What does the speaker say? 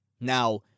Now